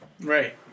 right